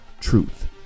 truth